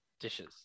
dishes